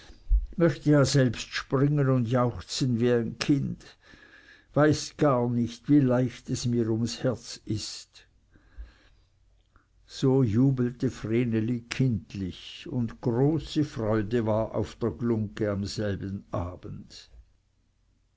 möchte ja selbst springen und jauchzen wie ein kind weiß gar nicht wie leicht es mir ums herz ist so jubelte vreneli kindlich und große freude war auf der glungge selben abend